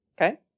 Okay